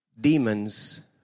demons